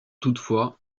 toutefois